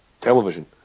television